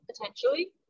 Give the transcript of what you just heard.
potentially